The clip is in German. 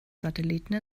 satelliten